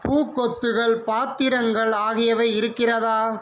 பூக்கொத்துகள் பாத்திரங்கள் ஆகியவை இருக்கிறதா